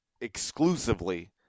exclusively